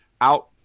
out